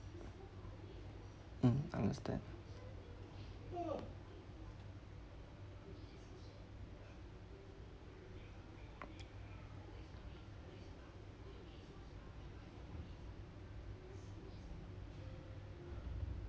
mm understand